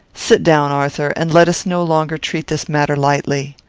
sit down, arthur, and let us no longer treat this matter lightly.